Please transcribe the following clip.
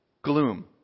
Gloom